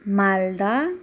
Malda